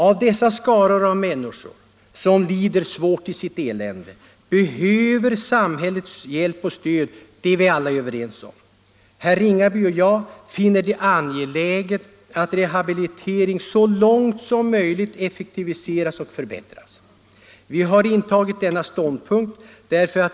Att dessa skaror av människor, som lider svårt i sitt elände, behöver samhällets hjälp och stöd är vi alla överens om. Herr Ringaby och jag finner det angeläget att rehabiliteringen så långt som möjligt effektiviseras och förbättras. Därför har vi intagit denna ståndpunkt.